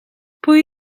pwy